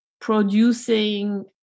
producing